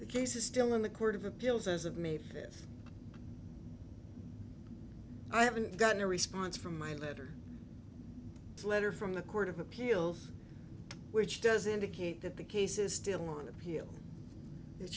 the case is still in the court of appeals as of me i haven't gotten a response from my letter a letter from the court of appeals which does indicate that the case is still on appeal it